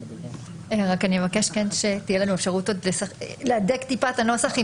אני אבקש שתהיה לנו אפשרות להדק טיפה את הנוסח.